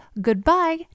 goodbye